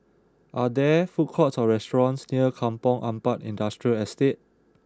are there food courts or restaurants near Kampong Ampat Industrial Estate